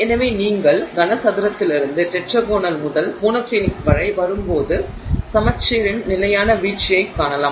எனவே நீங்கள் கனசதுரத்திலிருந்து டெட்ராகோனல் முதல் மோனோக்ளினிக் வரை வரும்போது சமச்சீரின் நிலையான வீழ்ச்சியைக் காணலாம்